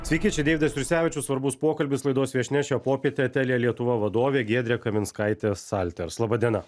sveiki čia deividas jursevičius svarbus pokalbis laidos viešnia šią popietę telia lietuva vadovė giedrė kaminskaitė salters laba diena